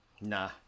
Nah